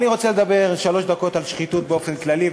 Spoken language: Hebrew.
אני רוצה לדבר שלוש דקות על שחיתות באופן כללי,